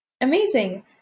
Amazing